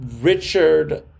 Richard